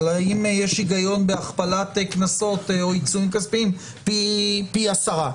האם יש היגיון בהכפלת קנסות או עיצומים כספיים פי עשרה.